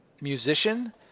musician